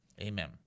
Amen